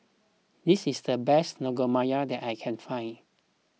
this is the best Naengmyeon that I can find